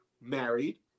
married